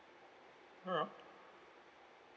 you know